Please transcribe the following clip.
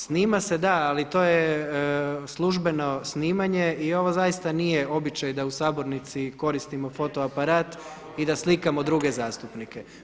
Snima se da, ali to je službeno snimanje i ovo zaista nije običaj da u sabornici koristimo fotoaparat i da slikamo druge zastupnike.